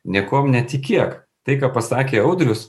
niekuom netikėk tai ką pasakė audrius